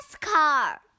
car